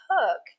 hook